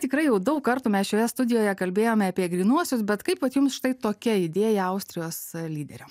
tikrai jau daug kartų mes šioje studijoje kalbėjome apie grynuosius bet kaip vat jums štai tokia idėja austrijos lyderio